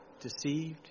Deceived